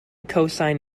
cosine